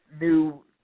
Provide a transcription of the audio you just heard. new